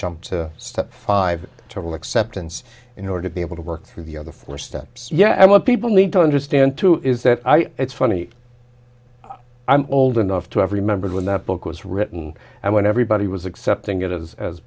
jump to step five total acceptance in order to be able to work through the other four steps yeah i want people need to understand two is that i it's funny i'm old enough to have remembered when that book was written and when everybody was accepting it as as